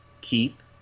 keep